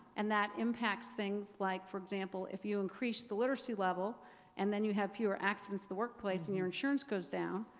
and that impacts things, like for example, if you increased the literacy level and then you have fewer accidents in the workplace and your insurance goes down,